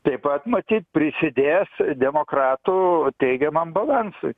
taip pat matyt prisidės demokratų teigiamam balansui